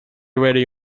ready